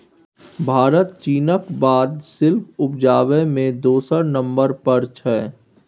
भारत चीनक बाद सिल्क उपजाबै मे दोसर नंबर पर छै